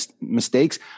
mistakes